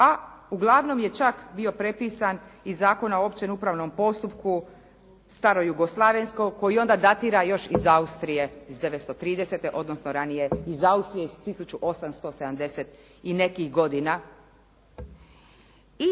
a uglavnom je čak bio prepisan iz Zakona o općem upravnom postupku starojugoslavenskog koji onda datira još iz Austrije iz 1930. odnosno iz Austrije iz 1870. i nekih godina,